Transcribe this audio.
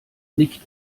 nicht